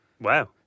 wow